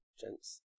gents